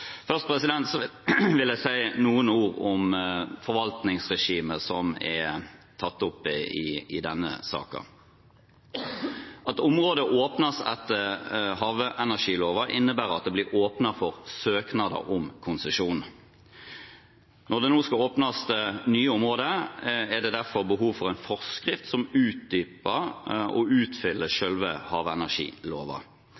Så vil jeg si noen ord om forvaltningsregimet, som er tatt opp i denne saken. At områder åpnes etter havenergiloven, innebærer at det blir åpnet for søknader om konsesjon. Når det nå skal åpnes nye områder, er det derfor behov for en forskrift som utdyper og utfyller